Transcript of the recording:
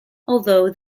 although